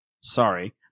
Sorry